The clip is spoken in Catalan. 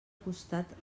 costat